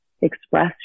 express